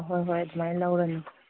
ꯍꯣꯏ ꯍꯣꯏ ꯑꯗꯨꯃꯥꯏꯅ ꯂꯧꯔꯅꯤ